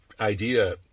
idea